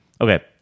Okay